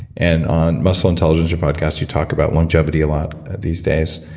and on muscle intelligence, your podcast, you talk about longevity a lot these days.